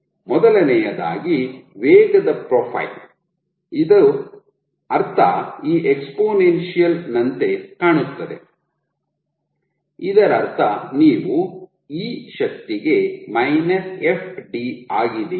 ಮೊದಲನೆಯದಾಗಿ ವೇಗದ ಪ್ರೊಫೈಲ್ ಇದರ ಅರ್ಥ ಈ ಎಕ್ಸ್ಪೋನೆನ್ಸಿಯಲ್ ನಂತೆ ಕಾಣುತ್ತದೆ ಇದರರ್ಥ ನೀವು e ಶಕ್ತಿಗೆ fd ಆಗಿದೆ ಎಂದು